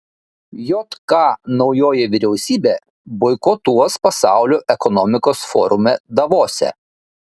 jk naujoji vyriausybė boikotuos pasaulio ekonomikos forume davose